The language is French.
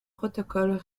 protocoles